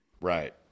right